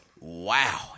Wow